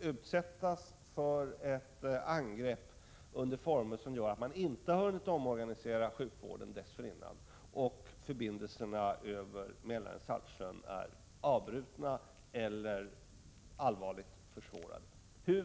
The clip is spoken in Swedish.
utsätts för ett angrepp under former som innebär att man inte hunnit omorganisera sjukvården dessförinnan och förbindelserna över Mälaren—Saltsjön är avbrutna eller allvarligt försvårade?